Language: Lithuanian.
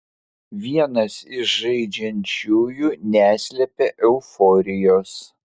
vienas iš žaidžiančiųjų neslepia euforijos